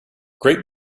great